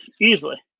easily